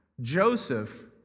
Joseph